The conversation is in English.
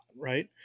right